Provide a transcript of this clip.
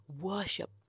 worship